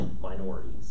minorities